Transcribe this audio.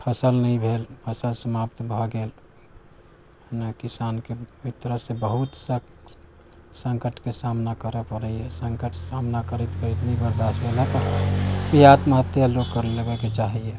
फसल नहि भेल फसल समाप्त भऽ गेल नहि किसानके एक तरहसँ बहुत सख्त सङ्कटके सामना करै पड़ैया सङ्कट सामना करैत करैत नहि बर्दाश्त भेला पर आत्महत्या लोक कर लेबैके चाहैया